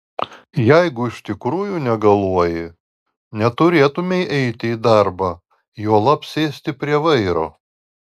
jeigu iš tikrųjų negaluoji neturėtumei eiti į darbą juolab sėsti prie vairo